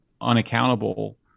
unaccountable